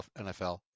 NFL